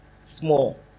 small